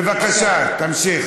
בבקשה, תמשיך.